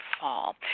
fall